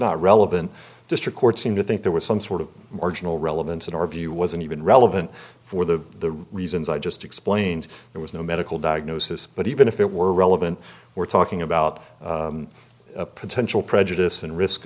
not relevant district court seem to think there was some sort of marginal relevance in our view wasn't even relevant for the reasons i just explained there was no medical diagnosis but even if it were relevant we're talking about a potential prejudice and risk